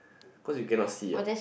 cause you cannot see ah